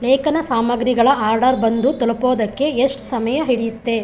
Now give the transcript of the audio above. ಲೇಖನ ಸಾಮಗ್ರಿಗಳ ಆರ್ಡರ್ ಬಂದು ತಲುಪೋದಕ್ಕೆ ಎಷ್ಟು ಸಮಯ ಹಿಡಿಯುತ್ತೆ